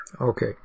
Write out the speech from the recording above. Okay